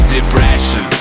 Depression